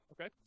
Okay